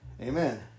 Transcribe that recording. Amen